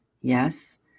yes